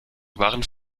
waren